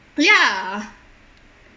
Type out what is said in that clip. ya